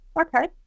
okay